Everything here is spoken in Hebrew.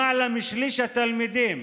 למעלה משליש מהתלמידים